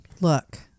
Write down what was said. Look